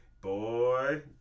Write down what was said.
Boy